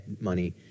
money